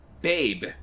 Babe